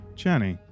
Jenny